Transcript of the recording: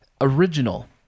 original